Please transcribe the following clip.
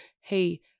hey